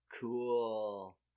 Cool